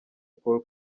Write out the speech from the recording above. paul